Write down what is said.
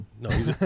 no